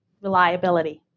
reliability